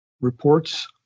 reports